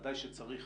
בוודאי שצריך